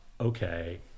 okay